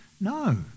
No